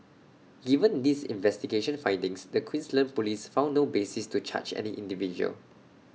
given these investigation findings the Queensland Police found no basis to charge any individual